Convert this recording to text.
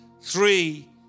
three